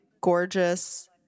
gorgeous